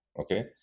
okay